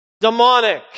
demonic